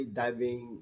diving